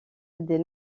des